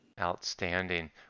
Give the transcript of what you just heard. outstanding